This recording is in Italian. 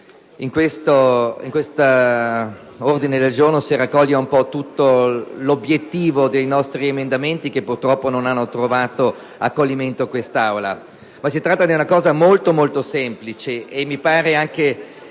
in questo ordine del giorno sono raccolti gli obiettivi dei nostri emendamenti, che purtroppo non hanno trovato accoglimento in quest'Aula. Si tratta di una questione molto semplice e mi pare anche